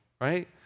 Right